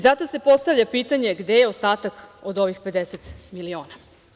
Zato se postavlja pitanje gde je ostatak od ovih 50 miliona?